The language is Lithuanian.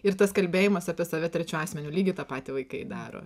ir tas kalbėjimas apie save trečiu asmeniu lygiai tą patį vaikai daro